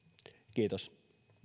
kiitos